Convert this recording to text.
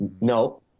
No